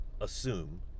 assume